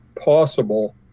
possible